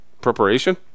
Preparation